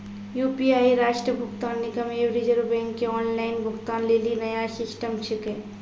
UPI राष्ट्रीय भुगतान निगम एवं रिज़र्व बैंक के ऑनलाइन भुगतान लेली नया सिस्टम छिकै